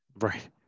Right